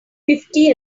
fifty